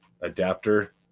adapter